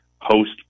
host